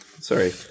Sorry